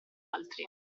altri